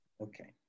Okay